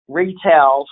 retail